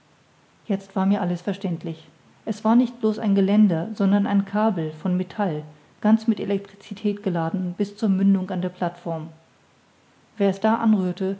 jetzt war mir alles verständlich es war nicht blos ein geländer sondern ein kabel von metall ganz mit elektricität geladen bis zur mündung an der plateform wer es da anrührte